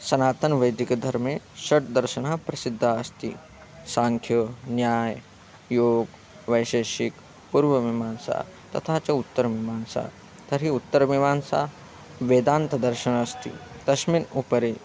सनातनवैदिकधर्मे षड् दर्शनाः प्रसिद्धाः अस्ति साङ्ख्योगः न्यायः योगः वैशेशिकः पूर्वमीमांसा तथा च उत्तरमीमांसा तर्हि उत्तरमीमांसा वेदान्तदर्शनम् अस्ति तस्मिन् उपरि